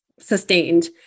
sustained